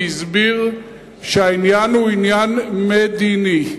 והסביר שהעניין הוא עניין מדיני,